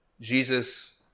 Jesus